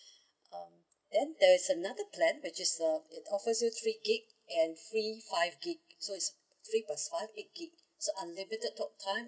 uh then there's another plan which is uh it offers you three gig and free five gig so is three plus five eight gig so unlimited talk time